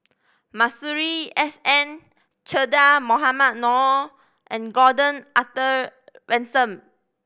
Masuri S N Che Dah Mohamed Noor and Gordon Arthur Ransome